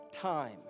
time